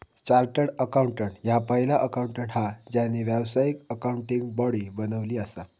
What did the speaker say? chartered accountant ह्या पहिला accountant हा ज्यांना व्यावसायिक अकाउंटिंग बॉडी बनवली असा